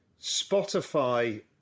Spotify